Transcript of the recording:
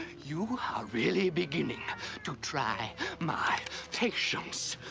you are really beginning to try my patience.